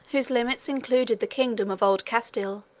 whose limits included the kingdom of old castille,